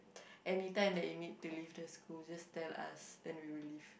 anytime that you need the school just tell us then we will leave